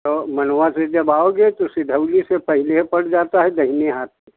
तो मनवा से जब आओगे तो सिधौली से पहले पड़ जाता है दाहिने हाथ पे